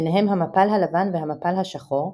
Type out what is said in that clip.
ביניהם "המפל הלבן" ו"המפל השחור",